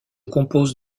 compose